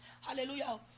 hallelujah